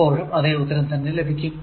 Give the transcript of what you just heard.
അപ്പോഴും അതെ ഉത്തരം തന്നെ ലഭിക്കും